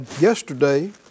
yesterday